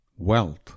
Wealth